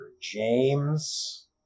James